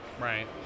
Right